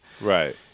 right